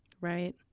right